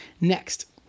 Next